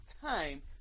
time